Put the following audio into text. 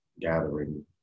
gathering